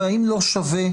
ואם לא שווה,